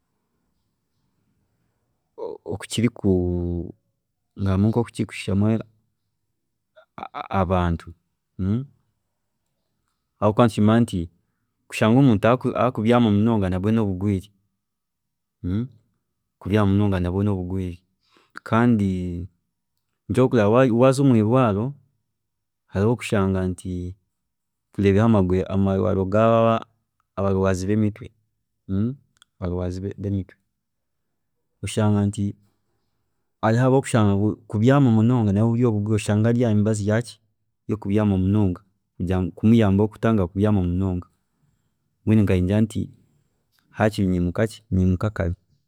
ngu hariho oku kiri kushamu abantu ahakuba nitukimanya nti kushanga omuntu ari kubyaama munonga nabwe noburwiire, kubyaama munonga nabwe noburwiire kandi nikyo ori kureebera nti waaza omwiirwaariro hariho obu orikushanga nti tureebire amarwaariro gaabo abarwaazi bemitwe, abarwaazi bemitwe oshanga nti hariho abu orikushanga nti kurwaara munonga nabwe noburwiire oshanga ari ahamibazi yaaki, yokubyaama munonga, kumuyambaho kumutangira kugira ngu atakabyaama munonga, mbwenu nkanye ningira nti hakiri nyimuka kare